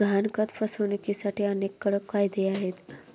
गहाणखत फसवणुकीसाठी अनेक कडक कायदेही आहेत